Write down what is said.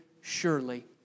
surely